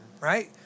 right